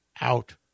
out